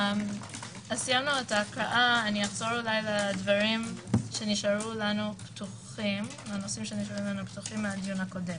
נחזור לדברים שנשארו פתוחים מהדיון הקודם.